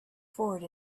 forward